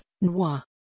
noir